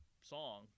song